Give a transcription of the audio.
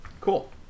Cool